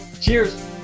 Cheers